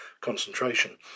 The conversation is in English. concentration